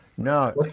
No